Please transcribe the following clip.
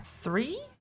three